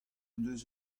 deus